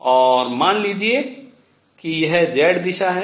और मान लीजिए कि यह दिशा z है